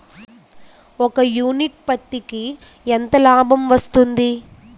ఒక యూనిట్ పత్తికి ఎంత లాభం వస్తుంది?